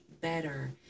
better